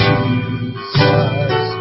Jesus